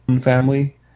family